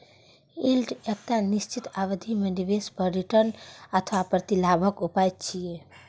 yield एकटा निश्चित अवधि मे निवेश पर रिटर्न अथवा प्रतिलाभक उपाय छियै